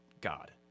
God